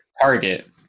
target